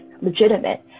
legitimate